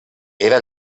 era